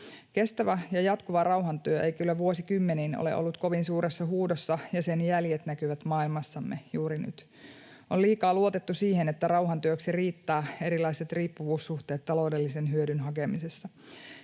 Kestävä ja jatkuva rauhantyö ei kyllä vuosikymmeniin ole ollut kovin suuressa huudossa, ja sen jäljet näkyvät maailmassamme juuri nyt. On liikaa luotettu siihen, että rauhantyöksi riittävät erilaiset riippuvuussuhteet taloudellisen hyödyn hakemisessa,